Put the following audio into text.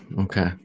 Okay